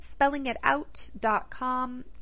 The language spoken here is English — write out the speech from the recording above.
spellingitout.com